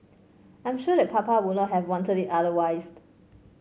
I am sure that Papa would not have wanted it otherwise